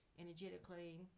energetically